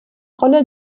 rolle